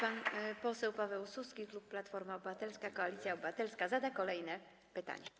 Pan poseł Paweł Suski, klub Platforma Obywatelska - Koalicja Obywatelska, zada kolejne pytanie.